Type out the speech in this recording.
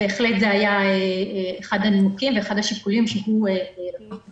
זה בהחלט היה אחד הנימוקים והשיקולים --- זאת